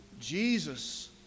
Jesus